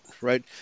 right